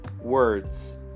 words